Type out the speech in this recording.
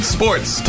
Sports